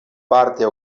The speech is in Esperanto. parte